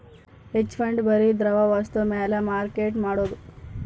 hedge fund ಬರಿ ದ್ರವ ವಸ್ತು ಮ್ಯಾಲ ಮಾರ್ಕೆಟ್ ಮಾಡೋದು